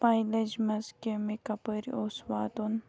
پَے لٔجمٕژ کہِ مےٚ کَپٲرۍ اوس واتُن